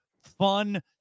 Fun